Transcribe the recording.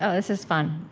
ah this is fun